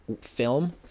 film